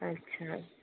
अच्छा